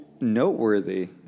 Noteworthy